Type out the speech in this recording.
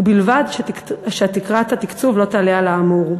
ובלבד שתקרת התקצוב לא תעלה על האמור.